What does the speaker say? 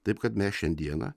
taip kad mes šiandieną